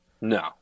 no